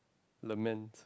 lament